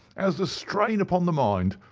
as the strain upon the mind.